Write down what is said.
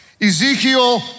Ezekiel